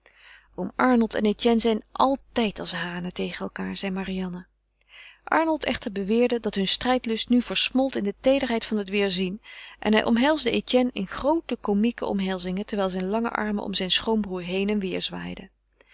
oom arnold en etienne zijn altijd als hanen tegen elkaâr zei marianne arnold echter beweerde dat hun strijdlust nu versmolt in de teederheid van het weêrzien en hij omhelsde etienne in groote comieke omhelzingen terwijl zijn lange armen om zijn schoonbroêr heen en weêr zwaaiden